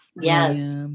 yes